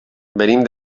venim